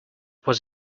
was